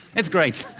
it's great.